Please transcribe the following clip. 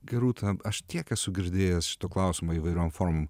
gerūta aš tiek esu girdėjęs to klausimo įvairiom formom